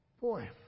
boy